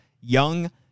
young